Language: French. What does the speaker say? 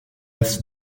est